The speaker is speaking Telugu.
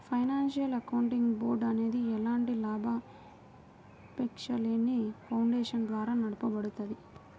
ఫైనాన్షియల్ అకౌంటింగ్ బోర్డ్ అనేది ఎలాంటి లాభాపేక్షలేని ఫౌండేషన్ ద్వారా నడపబడుద్ది